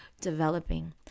developing